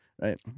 right